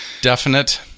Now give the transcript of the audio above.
definite